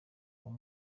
uwo